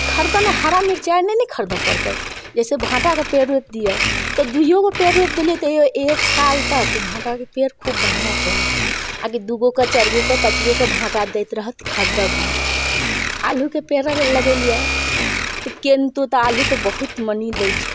हरदम हरा मिरचाइ नहि ने खरिदय पड़तै जैसे भाँटाके पेड़ रोपि दियौ तऽ दूइओ गो पेड़ रोपि देलियै तऽ एक साल तक ओ भाँटाके पेड़ खूब बढ़िआँ चलत आ दू गोके चारि गोके पाँच गोके भाँटा दैत रहत खरिदब नहि आलूके पेड़ अगर लगेलियै तऽ केन्हतो तऽ आलू बहुत मनी दैत छै